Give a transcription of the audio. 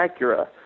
Acura